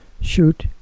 shoot